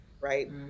right